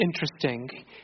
interesting